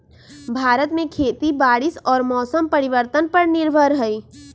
भारत में खेती बारिश और मौसम परिवर्तन पर निर्भर हई